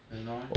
then now eh